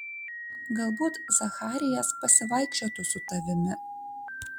galbūt zacharijas pasivaikščiotų su tavimi